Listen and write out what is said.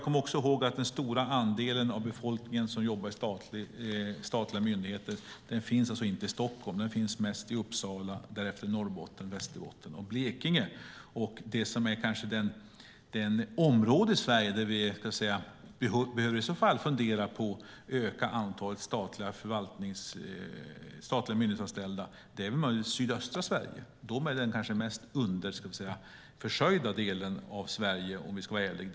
Kom ihåg att den stora andelen av befolkningen som jobbar i statliga myndigheter alltså inte finns i Stockholm! Den finns mest i Uppsala och därefter i Norrbotten, Västerbotten och Blekinge. Det område i Sverige där vi i så fall behöver fundera på att öka antalet statliga myndighetsanställda är möjligen sydöstra Sverige. Det är den kanske mest underförsörjda delen av Sverige, om vi ska vara ärliga.